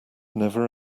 never